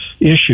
issue